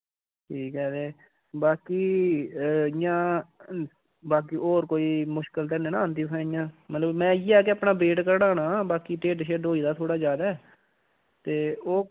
ठीक ऐ ते बाकी इ'यां बाकी होर कोई मुश्कल ते नेई नां औंदीं उ'त्थै इयां मतलब में इ'यै के अपना वेट घटाना हा बाकी ढि'ड्ड शिड्ड होई दा थोह्ड़ा जैदे ते ओह्